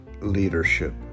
leadership